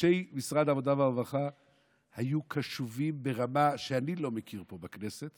אנשי משרד העבודה והרווחה היו קשובים ברמה שאני לא מכיר פה בכנסת